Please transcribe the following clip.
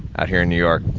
out here in new york,